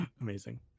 Amazing